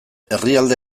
herrialde